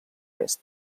est